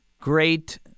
great